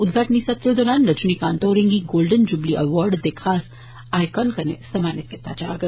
उद्घाटनी सत्र दरान रजनीकांत होरें गी गोल्डन जुबली अवार्ड दे खास आईकाम कन्नै सम्मानत कीता जाग